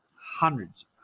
hundreds